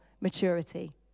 Maturity